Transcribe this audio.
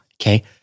okay